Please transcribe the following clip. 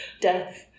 Death